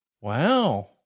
Wow